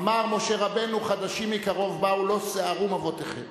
אמר משה רבנו: "חדשים מקרוב באו לא שערום אבותיכם".